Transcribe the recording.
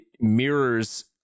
mirrors